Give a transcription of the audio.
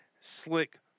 slick